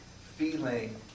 feeling